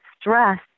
stress